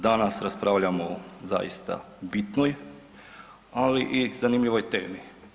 Danas raspravljamo zaista o bitnoj ali i zanimljivoj temi.